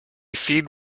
feed